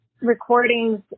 recordings